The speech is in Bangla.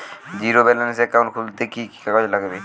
জীরো ব্যালেন্সের একাউন্ট খুলতে কি কি কাগজ লাগবে?